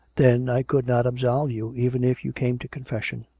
then i could not absolve you, even if you came to con fession.